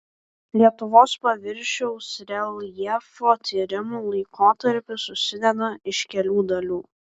lietuvos paviršiaus reljefo tyrimų laikotarpis susideda iš kelių dalių